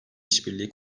işbirliği